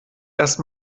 erst